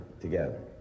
together